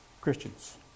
Christians